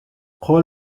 قول